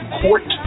court